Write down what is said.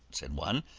said one,